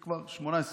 זה כבר 18 שנה,